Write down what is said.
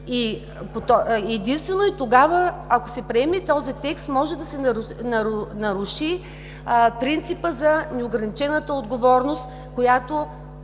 Единствено и тогава, ако се приеме този текст, може да се наруши принципът за неограничената отговорност, който